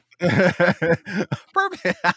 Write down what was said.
Perfect